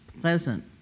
pleasant